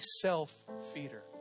self-feeder